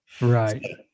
Right